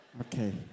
Okay